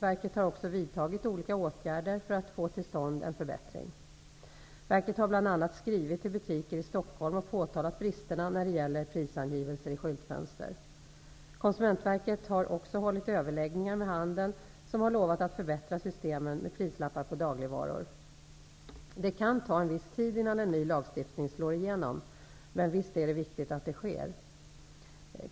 Verket har också vidtagit olika åtgärder för att få till stånd en förbättring. Verket har bl.a. skrivit till butiker i Stockholm och påtalat bristerna när det gäller prisangivelser i skyltfönster. Konsumentverket har också hållit överläggningar med handeln, som har lovat att förbättra systemen med prislappar på dagligvaror. Det kan ta en viss tid innan en ny lagstiftning slår igenom, men visst är det viktigt att detta sker.